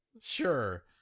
sure